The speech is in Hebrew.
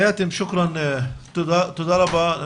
תודה רבה.